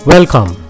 Welcome